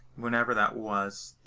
whenever that was,